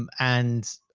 um and